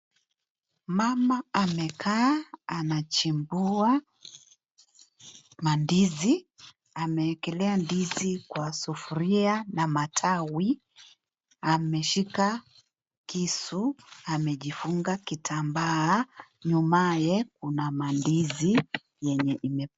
Mama amekaa anachimbua mandizi. Amemwekelea ndizi kwa sufuria na matawi. Ameshika kisu, amejifunga kitambaa. Nyumaye, kuna mandizi yenye ime...